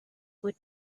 would